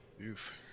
Oof